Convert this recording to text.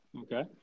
Okay